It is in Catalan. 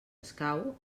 escau